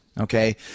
okay